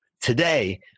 Today